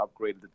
upgraded